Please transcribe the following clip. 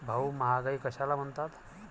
भाऊ, महागाई कशाला म्हणतात?